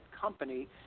company